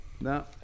no